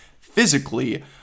physically